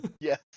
Yes